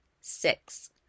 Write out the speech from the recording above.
Six